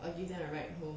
or give them a ride home